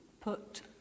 put